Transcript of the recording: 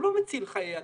הוא לא מציל חיי אדם.